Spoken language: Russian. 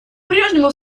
прежнему